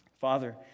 Father